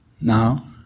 now